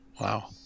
wow